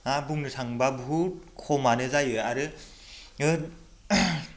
बुंनो थाङोब्ला बहुद खमानो जायो आरो